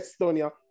estonia